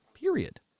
period